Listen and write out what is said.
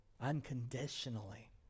Unconditionally